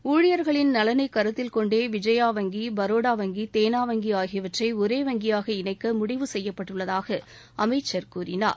ஊழியர்களின் நலனைக் கருத்தில் கொண்டே விஜயா வங்கி பரோடா வங்கி தேனா வங்கி ஆகியவற்றை ஒரே வங்கியாக இணைக்க முடிவு செய்யப்பட்டுள்ளதாக அமைச்சர் கூறினார்